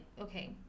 okay